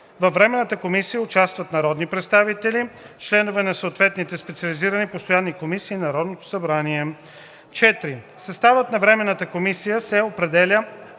Във временната комисия участват народни представители, членове на съответните специализирани постоянни комисии на Народното събрание. 4. Съставът на времената комисия се определя